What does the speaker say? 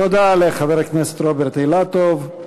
תודה לחבר הכנסת רוברט אילטוב.